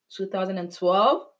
2012